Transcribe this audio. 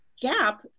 gap